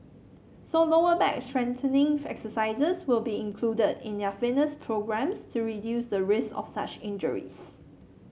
so lower back strengthening exercises will be included in their fitness programmes to reduce the risk of such injuries